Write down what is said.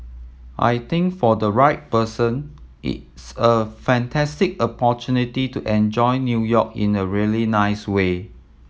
I think for the right person it's a fantastic opportunity to enjoy New York in a really nice way